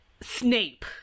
Snape